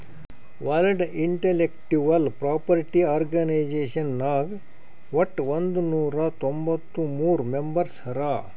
world intellectual property organization ನಾಗ್ ವಟ್ ಒಂದ್ ನೊರಾ ತೊಂಬತ್ತ ಮೂರ್ ಮೆಂಬರ್ಸ್ ಹರಾ